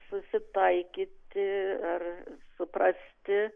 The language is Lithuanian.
susitaikyti ir suprasti